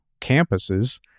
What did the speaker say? campuses